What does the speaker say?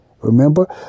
Remember